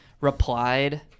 replied